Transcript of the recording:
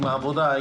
עם העבודה,